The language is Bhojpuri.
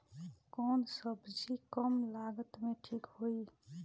कौन सबजी कम लागत मे ठिक होई?